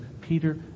Peter